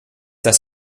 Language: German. das